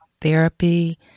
therapy